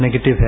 negative है